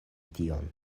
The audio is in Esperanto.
tion